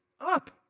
up